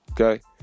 okay